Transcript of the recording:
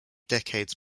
decades